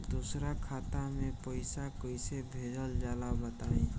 दोसरा खाता में पईसा कइसे भेजल जाला बताई?